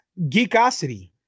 Geekosity